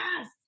yes